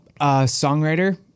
songwriter